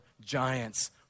giants